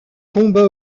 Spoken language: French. combat